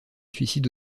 suicide